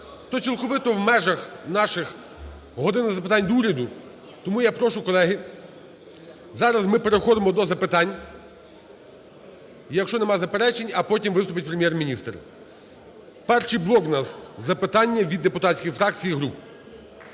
То цілковито в межах нашої "години запитань до Уряду". Тому я прошу, колеги, зараз ми переходимо до запитань, якщо немає заперечень, а потім виступить Прем'єр-міністр. Перший блок у нас – запитання від депутатських фракцій і груп.